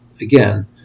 again